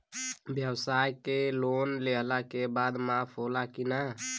ब्यवसाय के लोन लेहला के बाद माफ़ होला की ना?